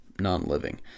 non-living